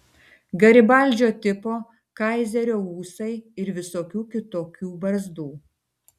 garibaldžio tipo kaizerio ūsai ir visokių kitokių barzdų